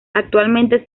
actualmente